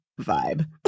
vibe